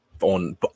on